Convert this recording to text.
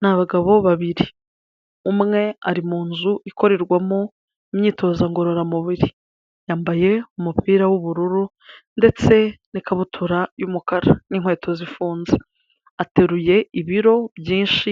Ni abagabo babiri, umwe ari mu nzu ikorerwamo imyitozo ngororamubiri yambaye umupira w'ubururu ndetse n'ikabutura y'umukara n'inkweto zifunze, ateruye ibiro byinshi